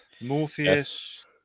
Morpheus